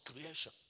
creation